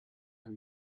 have